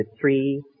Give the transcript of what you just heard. three